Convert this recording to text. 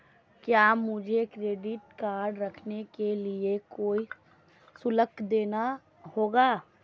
क्या मुझे credit card रखने के लिए कोई शुल्क देना होगा?